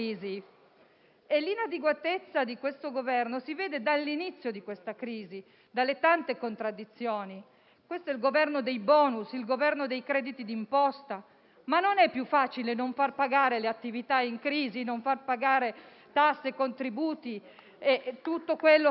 E l'inadeguatezza dell'Esecutivo si vede dall'inizio della crisi, dalle tante contraddizioni. Questo è il Governo dei *bonus*, il Governo dei crediti di imposta. Ma non è più facile non far pagare alle attività in crisi tasse, contributi e tutto ciò che